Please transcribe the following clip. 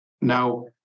now